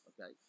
okay